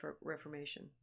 Reformation